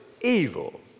evil